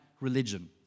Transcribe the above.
religion